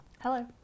Hello